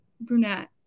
Brunette